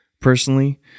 Personally